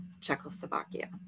Czechoslovakia